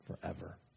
forever